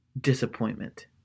disappointment